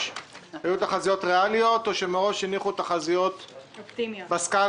היו תחזיות ריאליות או שמראש הניחו תחזיות בסקאלה